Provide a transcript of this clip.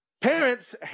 Parents